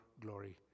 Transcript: glory